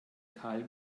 kahl